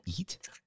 eat